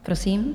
Prosím.